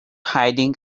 hiding